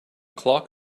clock